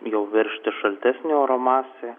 jau veržtis šaltesnė oro masė